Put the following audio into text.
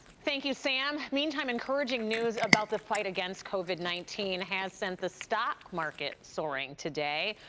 thank you, sam. meantime encouraging news about the fight against covid nineteen has sent the stock market soaring today.